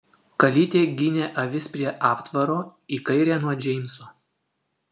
kalytė ginė avis prie aptvaro į kairę nuo džeimso